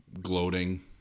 gloating